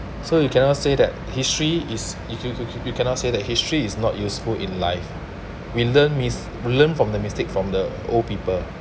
so you cannot say that history is if if if you cannot say that history is not useful in life we learn mis~ will learn from the mistakes from the old people